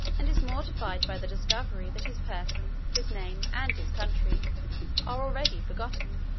and is mortified by the discovery, that his person, his name, and his country, are already forgotten.